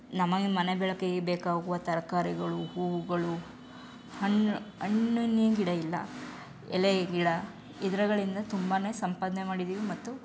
ನಮಗೆ ಮನೆ ಬೆಳಕಿಗೆ ಬೇಕಾಗುವ ತರಕಾರಿಗಳು ಹೂವುಗಳು ಹಣ್ಣಿ ಹಣ್ಣಿನ ಗಿಡ ಇಲ್ಲ ಎಲೆ ಗಿಡ ಇದರ್ಗಳಿಂದ ತುಂಬನೆ ಸಂಪಾದನೆ ಮಾಡಿದ್ದೀವಿ ಮತ್ತು